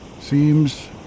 seems